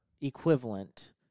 equivalent